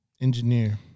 engineer